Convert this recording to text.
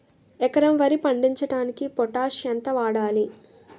ఎకరం వరి పండించటానికి పొటాష్ ఎంత వాడాలి?